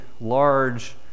large